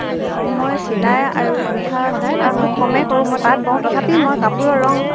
মই চিলাই আৰু গোঁঠা খুব কমেই কৰোঁ মই তাত বওঁ তথাপি মই কাপোৰৰ ৰং